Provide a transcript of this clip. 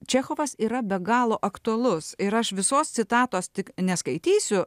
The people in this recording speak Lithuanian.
čechovas yra be galo aktualus ir aš visos citatos tik neskaitysiu